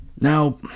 Now